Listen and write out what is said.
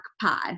pod